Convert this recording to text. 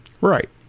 right